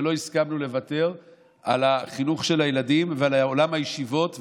שלא הסכמנו לוותר על החינוך של הילדים ועל עולם הישיבות,